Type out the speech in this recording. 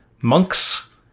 monks